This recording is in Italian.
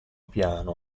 piano